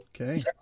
Okay